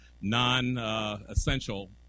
non-essential